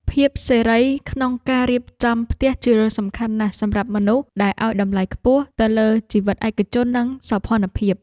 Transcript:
ភាពសេរីក្នុងការរៀបចំផ្ទះជារឿងសំខាន់ណាស់សម្រាប់មនុស្សដែលឱ្យតម្លៃខ្ពស់ទៅលើជីវិតឯកជននិងសោភ័ណភាព។